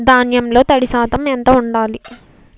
ధాన్యంలో తడి శాతం ఎంత ఉండాలి?